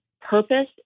purpose